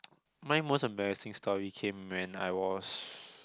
my most embarrassing story came when I was